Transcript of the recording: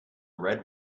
red